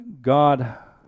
God